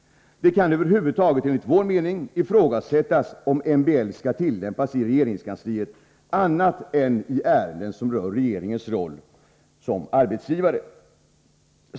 Det kan enligt vår mening ifrågasättas om MBL över huvud taget skall tillämpas i regeringskansliet annat än i ärenden som rör regeringens roll såsom arbetsgivare.